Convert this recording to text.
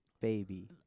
baby